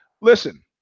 Listen